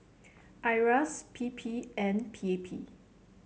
Iras P P and P A P